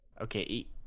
okay